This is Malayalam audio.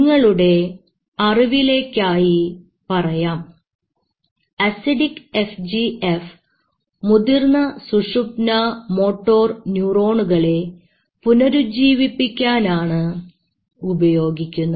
നിങ്ങളുടെ അറിവിലേക്കായി പറയാം അസിഡിക് FGF മുതിർന്ന സുഷുമ്നാ മോട്ടോർ ന്യൂറോണുകളെ പുനരുജ്ജീവിപ്പിക്കാനാണ് ഉപയോഗിക്കുന്നത്